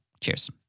Cheers